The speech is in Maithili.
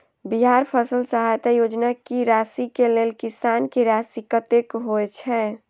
बिहार फसल सहायता योजना की राशि केँ लेल किसान की राशि कतेक होए छै?